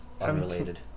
unrelated